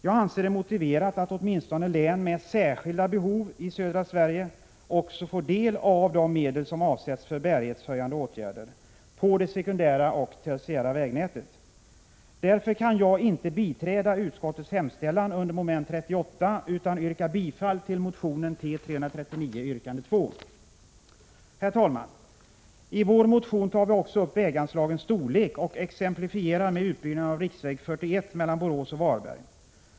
Jag anser det motiverat att åtminstone län med särskilda behov i södra Sverige också får del av de medel som avsätts för bärighetshöjande åtgärder på det sekundära och tertiära vägnätet. Därför kan jag inte biträda utskottets hemställan under moment 38 utan yrkar bifall till motion T339 yrkande 2. Herr talman! I vår motion tar vi också upp väganslagens storlek och exemplifierar med utbyggnaden av riksväg 41 mellan Borås och Varberg.